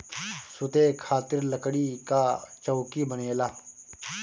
सुते खातिर लकड़ी कअ चउकी बनेला